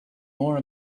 more